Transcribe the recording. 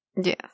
Yes